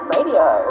Radio